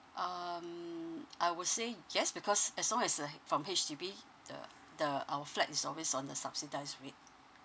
um I would say yes because as long as uh from H_D_B the the our flat is always on the subsidised rate